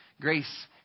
Grace